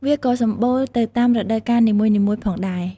វាក៏សម្បូរទៅតាមរដូវកាលនីមួយៗផងដែរ។